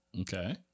Okay